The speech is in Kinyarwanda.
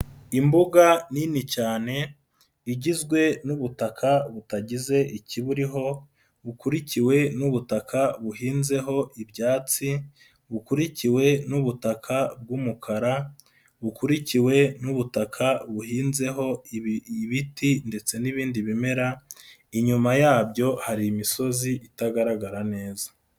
Imbuga nini cyane igizwe n'ubutaka butagize ikiburuho bukurikiwe n'ubutaka buhinzeho ibyatsi bukurikiwe n'ubutaka bw'umukara bukurikiwe n'ubutaka buhinzeho ibiti ndetse n'ibindi bimera inyuma yabyo hari imisozi itagaragara neza.